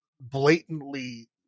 blatantly